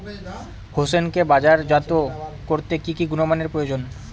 হোসেনকে বাজারজাত করতে কি কি গুণমানের প্রয়োজন?